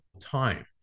time